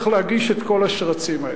כל השרצים האלה?